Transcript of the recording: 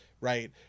right